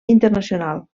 internacional